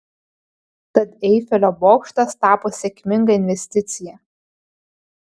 tad eifelio bokštas tapo sėkminga investicija